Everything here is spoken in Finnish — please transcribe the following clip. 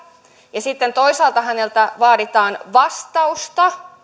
ja sitten toisaalta häneltä vaaditaan vastausta